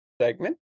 segment